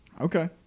okay